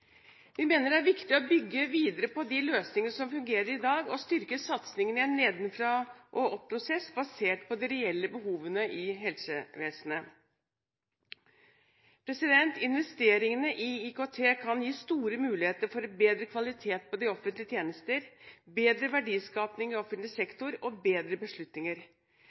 Vi mener det er viktig å bygge videre på de løsningene som fungerer i dag, og styrke satsingen i en nedenfra-og-opp-prosess basert på de reelle behovene i helsevesenet. Investeringer i IKT kan gi store muligheter for bedre kvalitet på offentlige tjenester, bedre verdiskapning i offentlig sektor og bedre beslutninger.